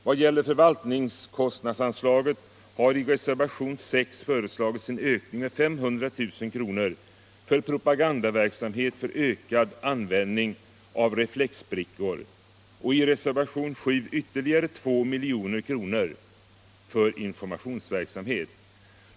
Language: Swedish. Vad gäller förvaltningskostnadsanslaget har i reservationen 6 föreslagits en ökning med 500 000 kr. för propagandaverksamhet för ökad användning av reflexbrickor och i reservationen 7 ytterligare 2 milj.kr. för informationsverksamhet.